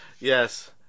Yes